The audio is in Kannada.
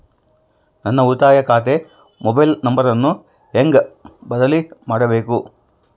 ನನ್ನ ಉಳಿತಾಯ ಖಾತೆ ಮೊಬೈಲ್ ನಂಬರನ್ನು ಹೆಂಗ ಬದಲಿ ಮಾಡಬೇಕು?